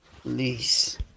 please